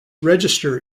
register